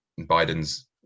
Biden's